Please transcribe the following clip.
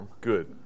Good